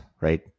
right